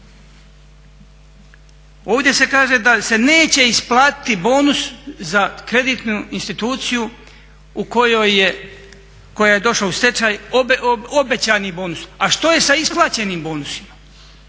Ovdje se kaže da se neće isplatiti bonus za kreditnu instituciju koja je došla u stečaj, obećani bonus. A što je sa isplaćenim bonusima?